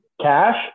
Cash